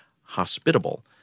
hospitable